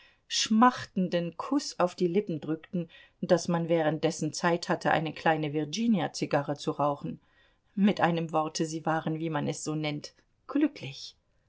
schmachtenden kuß auf die lippen drückten daß man währenddessen zeit hatte eine kleine virginiazigarre zu rauchen mit einem worte sie waren wie man es so nennt glücklich